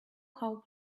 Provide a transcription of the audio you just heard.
how